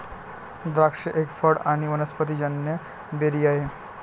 द्राक्ष एक फळ आणी वनस्पतिजन्य बेरी आहे